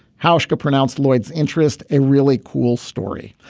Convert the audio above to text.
how shaka pronounced lloyd's interest a really cool story.